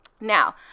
Now